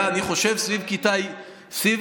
אני חושב שסביב כיתה י',